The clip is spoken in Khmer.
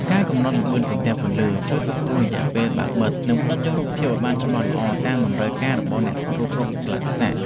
ការកំណត់ល្បឿនសន្ទះពន្លឺជួយគ្រប់គ្រងរយៈពេលបើកបិទ និង ផ្ដិតយករូបភាពឱ្យបានច្បាស់ល្អតាមតម្រូវការរបស់អ្នកថតរូបគ្រប់កាលៈទេសៈ។